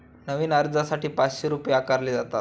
नवीन अर्जासाठी पाचशे रुपये आकारले जातात